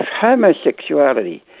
homosexuality